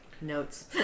notes